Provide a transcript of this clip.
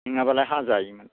नङाब्लालाय हाजायोमोन